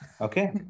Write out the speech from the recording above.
okay